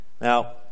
Now